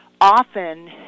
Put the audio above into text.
often